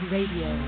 Radio